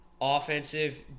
offensive